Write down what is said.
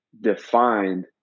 defined